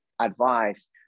advice